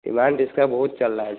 amount इसका बहुत चल रहा है अभी